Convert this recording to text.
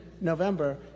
November